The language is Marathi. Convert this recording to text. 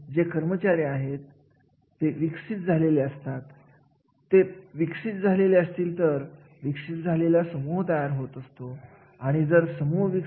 जेव्हा आपण कार्याच्या विविध पैलूंविषयी बोलत असतो तेव्हा आपल्याला असे दिसून येते की काही कार्यासाठी कौशल्याची आवश्यकता लागत नाही तर काही कार्यासाठी कार्यकारी कौशल्यांची गरज असते परंतु शैक्षणिक पात्रतेची गरज नसते